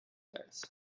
nurse